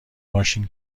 ماشین